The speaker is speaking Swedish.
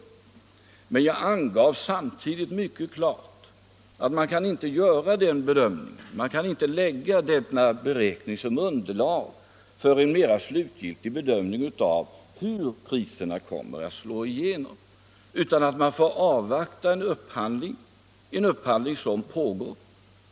Samtidigt angav jag emellertid mycket klart att man inte kan lägga en sådan beräkning som underlag för en mera slutgiltig bedömning av hur priserna kommer att slå igenom, utan vi får avvakta den upphandling som pågår.